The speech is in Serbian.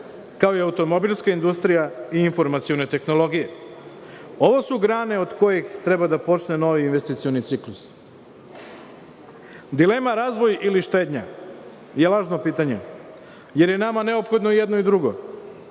kao i automobilska industrija, informacione tehnologije. Ovo su grane od kojih treba da počne novi investicioni ciklus. Dilema razvoj ili štednja je lažno pitanje, jer je nama neophodno i jedno i drugo.